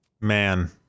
Man